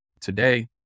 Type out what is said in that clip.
Today